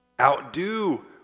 Outdo